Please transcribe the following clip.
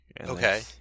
Okay